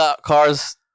cars